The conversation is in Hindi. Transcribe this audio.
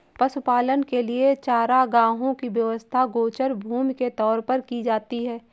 पशुपालन के लिए चारागाहों की व्यवस्था गोचर भूमि के तौर पर की जाती है